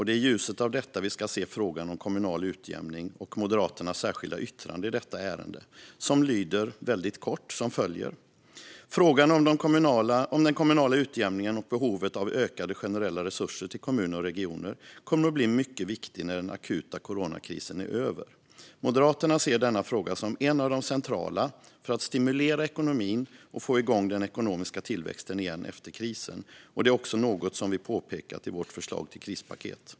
Det är i ljuset av detta som vi ska se frågan om kommunal utjämning och Moderaternas särskilda yttrande i detta ärende. Det lyder: "Frågan om den kommunala utjämningen och behovet av ökade generella resurser till kommuner och regioner kommer att bli mycket viktig när den akuta coronakrisen är över. Moderaterna ser denna fråga som en av de centrala för att stimulera ekonomin och få igång den ekonomiska tillväxten igen efter krisen, och det är också något vi påpekat i vårt förslag till krispaket.